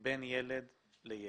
בין ילד לילד,